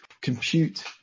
compute